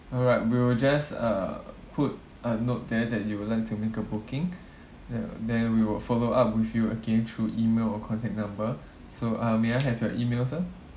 alright we'll just uh put a note there that you will like to make a booking ya then we will follow up with you again through email or contact number so uh may I have your email sir